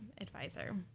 advisor